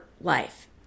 life